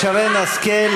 אני מציע,